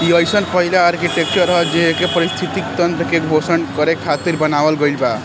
इ अइसन पहिला आर्कीटेक्चर ह जेइके पारिस्थिति तंत्र के पोषण करे खातिर बनावल गईल बा